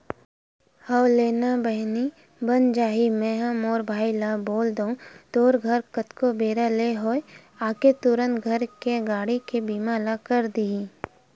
हव लेना ना बहिनी बन जाही मेंहा मोर भाई ल बोल दुहूँ तोर घर कतको बेरा ले होवय आके तुंहर घर के गाड़ी के बीमा ल कर दिही